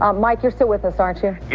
um mike you're still with us, aren't you? yeah